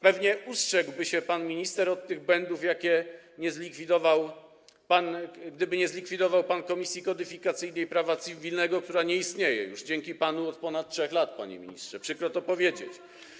Pewnie ustrzegłby się pan minister od tych błędów, gdyby nie zlikwidował pan Komisji Kodyfikacyjnej Prawa Cywilnego, która nie istnieje już dzięki panu od ponad 3 lat, panie ministrze, przykro to powiedzieć.